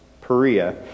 Perea